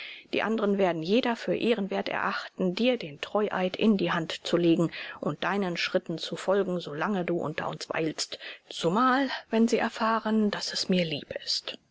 die anderen werden jeder für ehrenwert erachten dir den treueid in die hand zu legen und deinen schritten zu folgen solange du unter uns weilst zumal wenn sie erfahren daß es mir lieb ist